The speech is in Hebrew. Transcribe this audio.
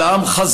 אלא עם חזק,